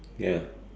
ya